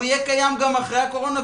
הוא יהיה קיים גם אחרי הקורונה,